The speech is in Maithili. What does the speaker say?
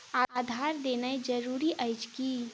आधार देनाय जरूरी अछि की?